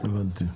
הבנתי.